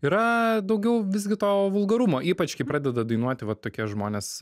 yra daugiau visgi to vulgarumo ypač kai pradeda dainuoti vat tokie žmonės